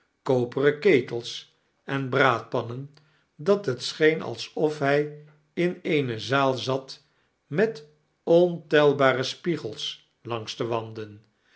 koperen ketels en braadpannen dat het scheen alsof bij in eene zaal zat met ontelbare spiegels langs de wanden